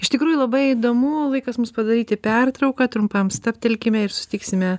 iš tikrųjų labai įdomu laikas mums padaryti pertrauką trumpam stabtelkime ir susitiksime